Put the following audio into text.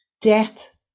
death